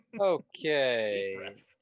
Okay